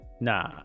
Nah